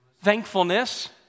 Thankfulness